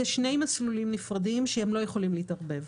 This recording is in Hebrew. אלה שני מסלולים נפרדים, שלא יכולים להתערבב.